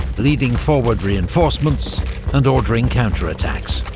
leading forward reinforcements and ordering counterattacks.